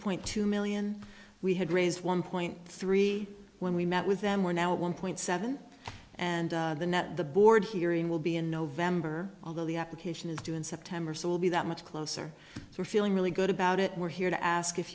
point two million we had raised one point three when we met with them we're now one point seven and the net the board hearing will be in november although the application is due in september so will be that much closer to feeling really good about it we're here to ask if